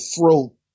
throat